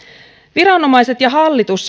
viranomaiset ja hallitus